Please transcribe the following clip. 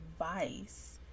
advice